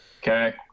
Okay